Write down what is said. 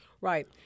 Right